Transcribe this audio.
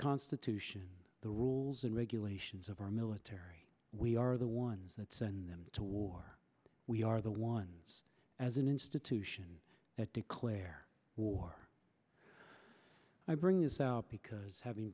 constitution the rules and regulations of our military we are the ones that send them to war we are the ones as an institution that declare war i bring this out because having